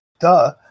Duh